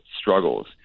struggles